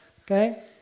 Okay